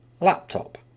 Laptop